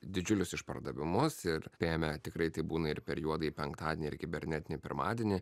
didžiulius išpardavimus ir apėmę tikrai taip būna ir per juodąjį penktadienį ir kibernetinį pirmadienį